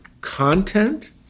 content